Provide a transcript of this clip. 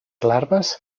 larves